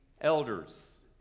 elders